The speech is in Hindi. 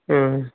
हाँ